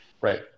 Right